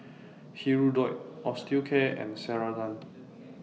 Hirudoid Osteocare and Ceradan